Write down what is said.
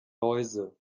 läuse